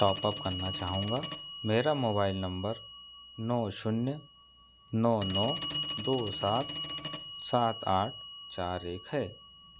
top up करना चाहूँगा मेरा मोबाइल नम्बर नौ शून्य नौ नौ दो सात सात आठ चार एक है